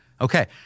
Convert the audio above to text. Okay